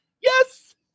yes